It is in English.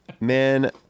Man